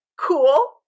cool